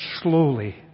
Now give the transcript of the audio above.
Slowly